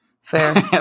fair